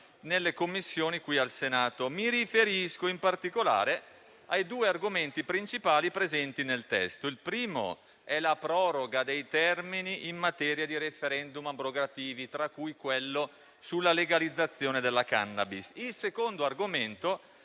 nelle Commissioni qui al Senato. Mi riferisco, in particolare, ai due argomenti principali presenti nel testo. Il primo è la proroga dei termini in materia di *referendum* abrogativi, tra cui quello sulla legalizzazione della *cannabis*. Il secondo argomento